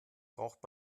braucht